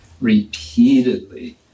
repeatedly